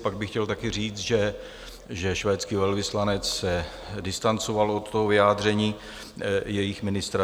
Pak bych chtěl taky říct, že švédský velvyslanec se distancoval od vyjádření jejich ministra.